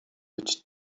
być